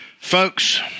Folks